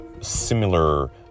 similar